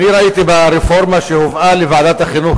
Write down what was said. אני ראיתי ברפורמה שהובאה לוועדת החינוך,